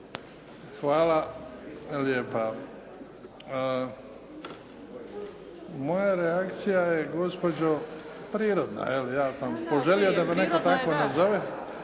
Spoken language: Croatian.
lijepa. Moja reakcija je gospođo prirodna, ja sam poželio da me netko tako nazove.